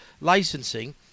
licensing